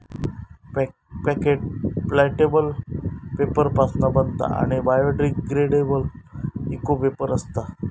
packet plantable paper पासना बनता आणि बायोडिग्रेडेबल इको पेपर असता